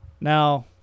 Now